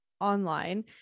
online